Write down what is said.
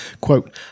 quote